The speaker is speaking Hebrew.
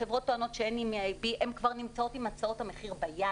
החברות טוענות שאין EIB. הן נמצאות כבר עם הצעות המחיר ביד.